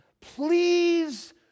please